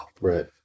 Right